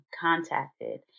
contacted